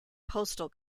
postal